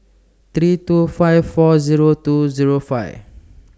three two five four Zero two Zero five